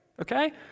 okay